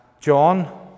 John